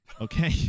okay